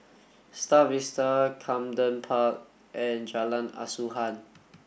Star Vista Camden Park and Jalan Asuhan